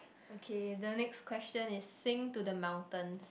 okay the next question is sing to the mountains